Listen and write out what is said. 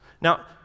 Now